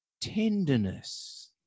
tenderness